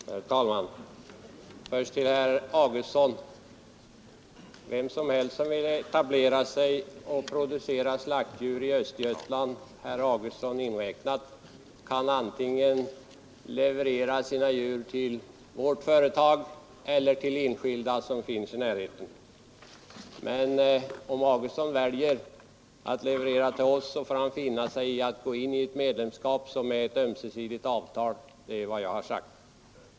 Herr talman! Först några ord till herr Augustsson. Vem som helst som vill etablera sig och producera slaktdjur i Östergötland, herr Augustsson inräknad, kan antingen leverera sina djur till vårt företag eller till enskilda företag som finns i närheten. Men om herr Augustsson väljer att leverera till oss, får han finna sig i att gå in i ett medlemskap som innebär ett ömsesidigt avtal. Det är vad jag har sagt.